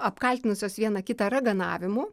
apkaltinusios viena kitą raganavimu